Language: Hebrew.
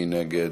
מי נגד?